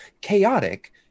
chaotic